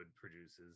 produces